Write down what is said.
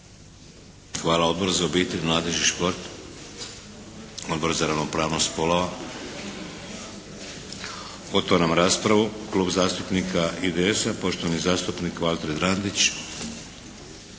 Hvala. Odbor za obitelj, mladež i šport? Odbor za ravnopravnost spolova? Otvaram raspravu. Klub zastupnika IDS-a poštovani zastupnik Valter Drandić.